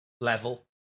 level